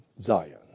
Zion